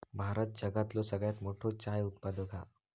भारत जगातलो सगळ्यात मोठो चाय उत्पादक हा